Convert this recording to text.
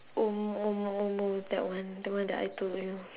omo omo omo that one the one that I told you